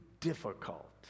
difficult